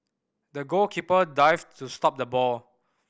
the goalkeeper dived to stop the ball